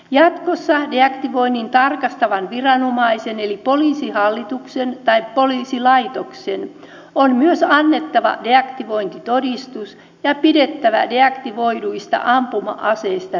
jatkossa deaktivoinnin tarkastavan viranomaisen eli poliisihallituksen tai poliisilaitoksen on myös annettava deaktivointitodistus ja pidettävä deaktivoiduista ampuma aseista rekisteriä